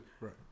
Right